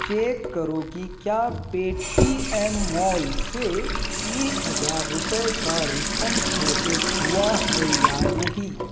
check करो कि क्या पेटीएम मॉल से एक हजार रुपये का रिफंड प्रोसेस हुआ है या नहीं